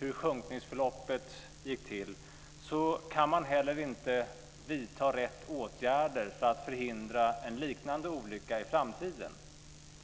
och sjunkningsförloppet gick till så kan man inte heller vidta rätt åtgärder för att förhindra en liknande olycka i framtiden.